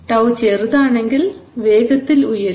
τ ചെറുതാണെങ്കിൽ വേഗത്തിൽ ഉയരും